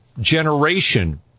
generation